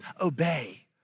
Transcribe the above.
obey